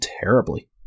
terribly